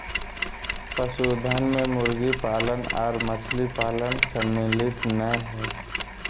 पशुधन मे मुर्गी पालन आर मछली पालन सम्मिलित नै हई